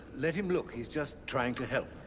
let him look, he's just trying to help.